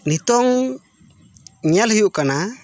ᱱᱤᱛᱳᱝ ᱧᱮᱞ ᱦᱩᱭᱩᱜ ᱠᱟᱱᱟ